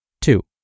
Two